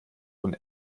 von